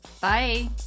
Bye